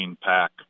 pack